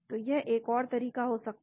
तो यह एक और तरीका हो सकता है